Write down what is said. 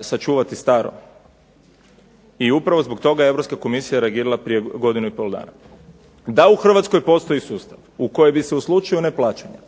sačuvati staro. I upravo zbog toga Europska komisija je reagirala prije godinu i pol dana. Da u Hrvatskoj postoji sustav u kojem bi se u slučaju neplaćanja